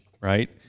right